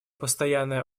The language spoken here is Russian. постоянное